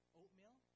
oatmeal